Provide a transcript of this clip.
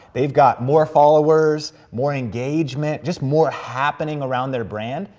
they've got more followers, more engagement, just more happening around their brand,